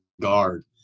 guard